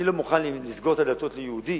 אני לא מוכן לסגור את הדלתות ליהודי